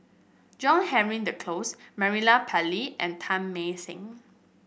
John Henry Duclos Murali Pillai and Teng Mah Seng